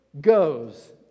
goes